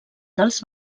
dels